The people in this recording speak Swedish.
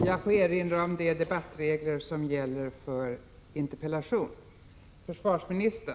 Jag får erinra om de regler som gäller för interpellationsdebatter.